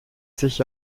sich